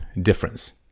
difference